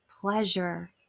pleasure